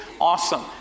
awesome